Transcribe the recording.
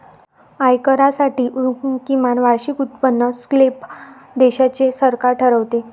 आयकरासाठी किमान वार्षिक उत्पन्न स्लॅब देशाचे सरकार ठरवते